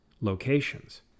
locations